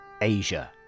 Asia